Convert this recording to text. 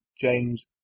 James